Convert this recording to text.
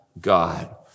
God